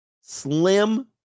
slim